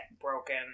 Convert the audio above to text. broken